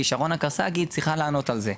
כי שרונה קרצגי צריכה לענות על זה".